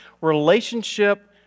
relationship